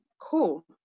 Cool